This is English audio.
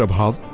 um how